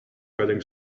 wading